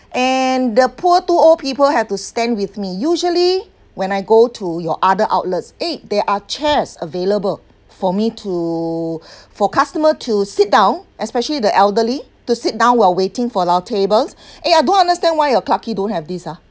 and the poor two old people have to stand with me usually when I go to your other outlets eh there are chairs available for me to for customer to sit down especially the elderly to sit down while waiting for our tables eh I don't understand why your clarke quay don't have this ah